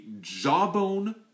jawbone